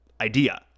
idea